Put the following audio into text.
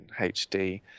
HD